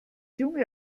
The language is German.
junge